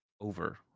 over